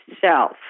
self